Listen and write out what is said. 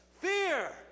fear